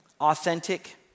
authentic